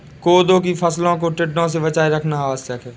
कोदो की फसलों को टिड्डों से बचाए रखना आवश्यक है